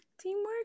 Teamwork